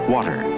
Water